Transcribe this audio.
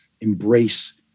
embrace